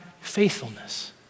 faithfulness